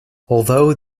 although